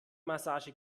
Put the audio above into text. massage